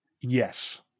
yes